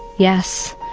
yes,